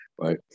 right